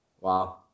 Wow